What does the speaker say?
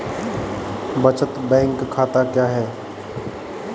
बचत बैंक खाता क्या है?